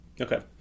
Okay